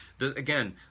again